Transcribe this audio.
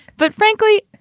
but frankly,